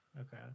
Okay